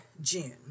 June